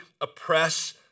oppress